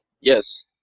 Yes